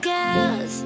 Girls